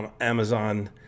Amazon